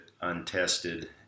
untested